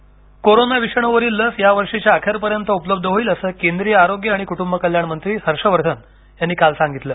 हर्षवर्धन लस कोरोना विषाणूवरील लस यावर्षीच्या अखेरपर्यंत उपलब्ध होईल असं केंद्रीय आरोग्य आणि कुटुंब कल्याण मंत्री हर्षवर्धन यांनी काल सांगितलं